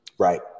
Right